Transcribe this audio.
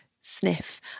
sniff